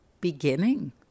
beginning